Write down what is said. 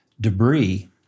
debris